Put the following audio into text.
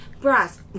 bras